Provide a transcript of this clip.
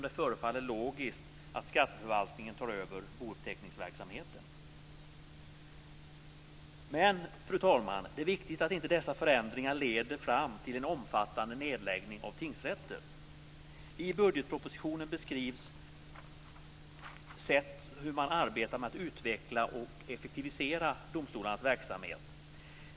Det förefaller också logiskt att skatteförvaltningen tar över bouppteckningsverksamheten. Men det är viktigt att dessa förändringar inte leder fram till en omfattande nedläggning av tingsrätter. I budgetpropositionen beskrivs hur man arbetar med att utveckla och effektivisera domstolarnas verksamhet.